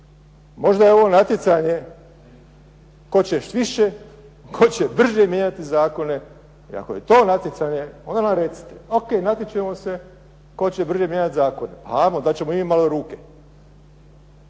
Možda je ovo natjecanje tko će više, tko će brže mijenjati zakone? I ako je to natjecanje onda nam recite ok natječemo se tko će brže mijenjati zakone, amo daćemo i mi malo ruke.